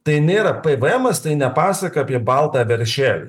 tai nėra pvemas tai ne pasaka apie baltą veršelį